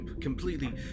Completely